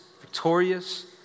victorious